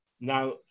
Now